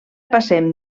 passem